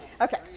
Okay